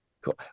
Cool